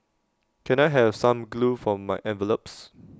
can I have some glue for my envelopes